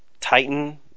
Titan